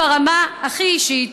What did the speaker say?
ברמה הכי אישית,